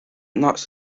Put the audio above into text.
nuts